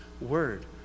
word